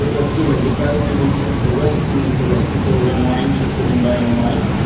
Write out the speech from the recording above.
let's do like the best user experience for recipes. so like people are more interested in buying online,